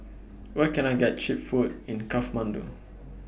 Where Can I get Cheap Food in Kathmandu